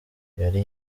yari